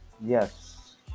yes